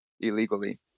illegally